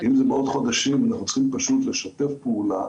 אנחנו צריכים פשוט לשתף פעולה.